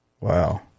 wow